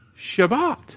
Shabbat